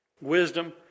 wisdom